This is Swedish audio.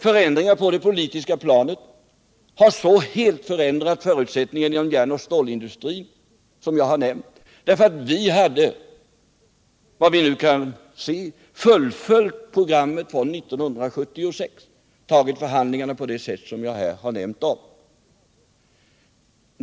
Förändringarna på det politiska planet har ju så helt ändrat förutsättningarna inom järnoch stålindustrin. Vi hade, såvitt vi nu kan se, fullföljt programmet från 1976 och genomfört förhandlingarna på det sätt som jag här har nämnt.